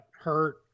hurt